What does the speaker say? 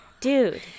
Dude